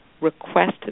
Request